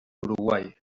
uruguai